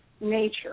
nature